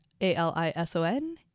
a-l-i-s-o-n